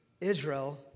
Israel